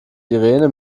irene